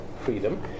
freedom